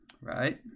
right